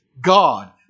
God